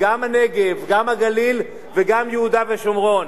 גם הנגב, גם הגליל וגם יהודה ושומרון.